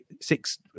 six